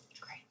Great